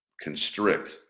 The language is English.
constrict